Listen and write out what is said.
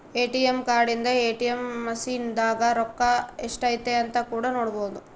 ATM card ಇಂದ ATM machine ದಾಗ ರೊಕ್ಕ ಎಷ್ಟೈತೆ ಅಂತ ಕೂಡ ನೊಡ್ಬೊದು